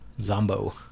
Zombo